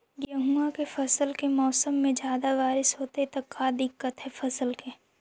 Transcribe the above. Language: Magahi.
गेहुआ के फसल के मौसम में ज्यादा बारिश होतई त का दिक्कत हैं फसल के?